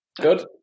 Good